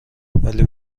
ولی